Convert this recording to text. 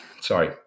sorry